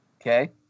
Okay